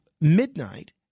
midnight